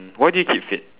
why do you keep fit